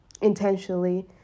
intentionally